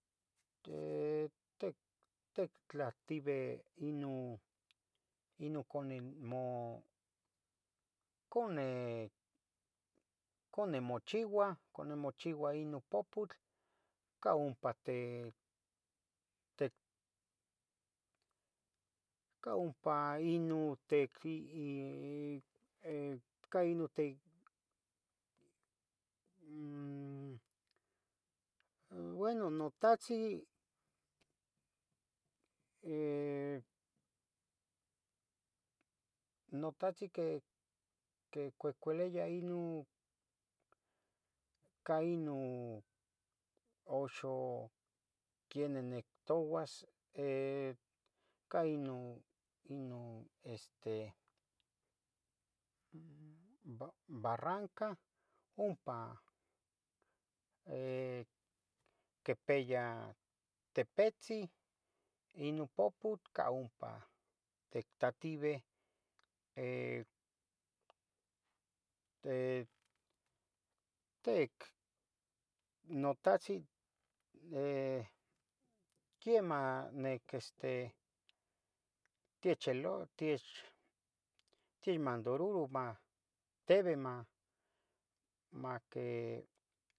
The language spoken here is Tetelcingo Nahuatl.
Tec, te, tectlativeh inun, inun. con inmo, cone, con nenmochiua. con nenmochiou inun poputl. ca ompa tec, tec, ca ompa. inun tetlii, ca inun te mm, bueno notatzin eh, notatzin que. quecoehcoeleya inun, ca inun oxo. quiene nectouas eh, ca inun, inun. este ba- barranca, umpa eh, quepeya tepetzeh inu poputl ca ompa. tectativeh, eh, eh, tec, notatzin. eh, quiemah, nec este, techelo, tiech- tiechmandouroro mateve ma,. maque.